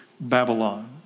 Babylon